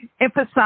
emphasize